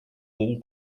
wool